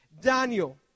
Daniel